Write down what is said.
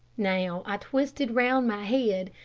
now i twisted round my head,